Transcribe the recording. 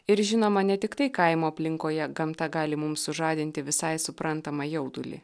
ir žinoma ne tiktai kaimo aplinkoje gamta gali mums sužadinti visai suprantamą jaudulį